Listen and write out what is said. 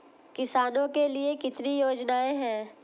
किसानों के लिए कितनी योजनाएं हैं?